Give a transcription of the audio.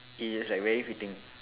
it's is like very fitting